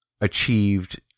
achieved